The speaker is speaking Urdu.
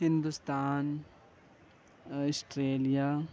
ہندوستان آسٹریلیا